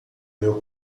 meu